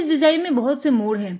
इस डिजाईन में बहुत से मोड़ हैं